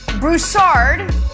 Broussard